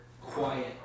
quiet